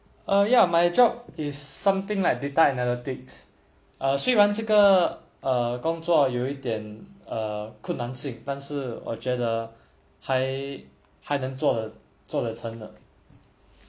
uh ya my job is something like data analytics err 虽然这个工作有一点困难性但是还还能做了做了成呢